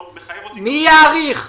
החברות.